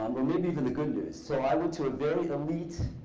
or maybe even the good news. so i went to a very elite,